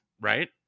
right